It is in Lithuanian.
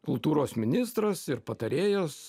kultūros ministras ir patarėjas